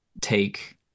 take